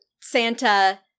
Santa